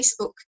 Facebook